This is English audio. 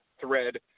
thread